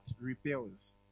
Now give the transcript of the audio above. repels